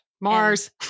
Mars